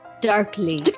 darkly